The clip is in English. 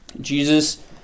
Jesus